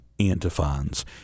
antiphons